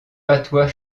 patois